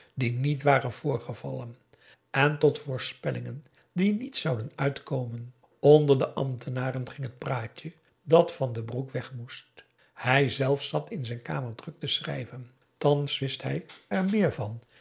die niet waren voorgevallen en tot voorspellingen die niet zouden uitkomen onder de ambtenaren ging het praatje dat van den broek weg moest hij zelf zat in zijn kamer druk te schrijven thans wist hij er meer van